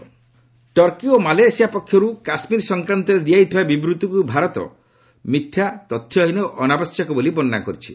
India Kashmir Turkey ଓ Malaysia ପକ୍ଷରୁ କାଶ୍ମୀର ସଂକ୍ରାନ୍ତରେ ଦିଆଯାଇଥିବା ବିବୃତ୍ତିକୁ ଭାରତ ମିଥ୍ୟା ତଥ୍ୟହୀନ ଓ ଅନାବଶ୍ୟକ ବୋଲି ବର୍ଷନା କରିଛି